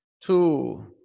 two